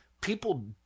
people